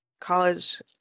college